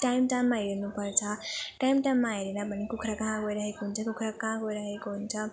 time टाइममा हेर्नु पर्छ टाइम टाइममा हेरेन भने कुखुरा कहाँ गइरहेको हुन्छ कुखुरा कहाँ गइराखेको हुन्छ